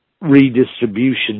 redistribution